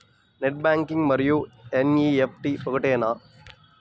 Net banking మరియు NEFT ఒకటేనా?